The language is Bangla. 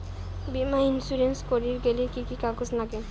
বীমা ইন্সুরেন্স করির গেইলে কি কি কাগজ নাগে?